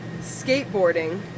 skateboarding